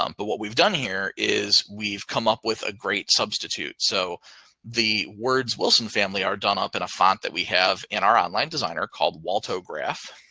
um but what we've done here is we've come up with a great substitute. so the words wilson family are done up in a font that we have in our online designer called waldo graph.